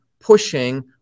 pushing